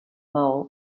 mao